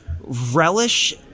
relish